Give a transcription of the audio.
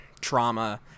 trauma